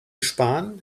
sparen